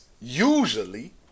Usually